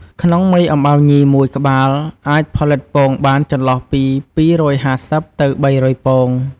ក្នុងមេអំបៅញីមួយក្បាលអាចផលិតពងបានចន្លោះពី២៥០ ទៅ៣០០ពង។